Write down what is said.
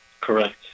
Correct